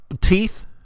teeth